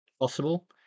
possible